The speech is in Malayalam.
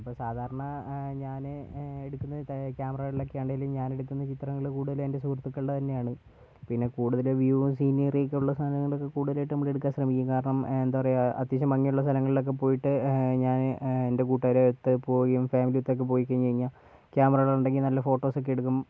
ഇപ്പം സാധാരണ ഞാൻ എടുക്കുന്ന ക്യാമറകളിലൊക്കെ ആണേലും ഞാനെടുക്കുന്ന ചിത്രങ്ങൾ കൂടുതലും എൻ്റെ സുഹൃത്തുക്കൾടെ തന്നെയാണ് പിന്നെ കൂടുതൽ വ്യുവും സീനറിയും ഒക്കെ കൂടുതലായിട്ടും നമ്മൾ എടുക്കാൻ ശ്രമിക്കും കാരണം എന്താ പറയാ അത്യാവശ്യം ഭംഗിയുള്ള സ്ഥലങ്ങളിലൊക്കെ പോയിട്ട് ഞാൻ എൻ്റെ കൂട്ടുകാരൊത്തു പോയും ഫാമിലി ഒത്തൊക്കെ പോയിക്കഴിഞ്ഞു കഴിഞ്ഞാൽ ക്യാമറടെയുണ്ടെങ്കിൽ നല്ല ഫോട്ടോസൊക്കെ എടുക്കും